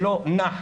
שלא נח,